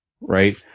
right